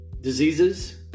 diseases